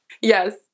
Yes